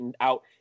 out